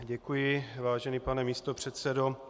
Děkuji, vážený pane místopředsedo.